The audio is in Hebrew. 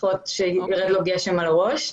לשחות מתחת לגשם מטפטף.